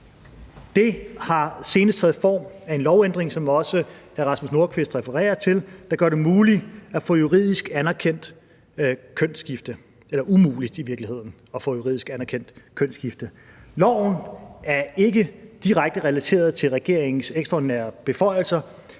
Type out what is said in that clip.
Det har senest været i form af en lovændring, som også hr. Rasmus Nordqvist refererer til, der i virkeligheden gør det umuligt at få juridisk anerkendt kønsskifte. Loven er ikke direkte relateret til regeringens ekstraordinære beføjelser,